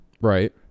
Right